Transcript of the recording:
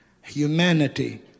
humanity